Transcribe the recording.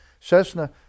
Cessna